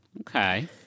Okay